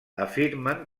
afirmen